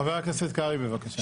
חבר הכנסת קרעי, בבקשה.